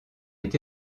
est